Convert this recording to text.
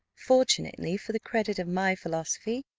fortunately, for the credit of my philosophy,